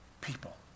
people